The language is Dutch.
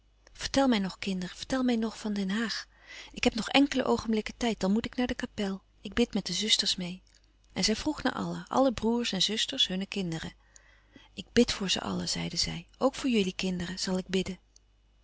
vertel mij nog kinderen vertel mij nog van den haag ik heb nog enkele oogenblikken tijd dan moet ik naar de kapel ik bid met de zusters meê en zij vroeg naar allen alle broêrs en zusters hunne kinderen ik bid voor ze allen zeide zij ook voor jullie kinderen zal ik bidden